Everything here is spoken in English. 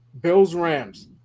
Bills-Rams